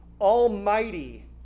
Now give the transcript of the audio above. almighty